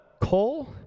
Cole